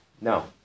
No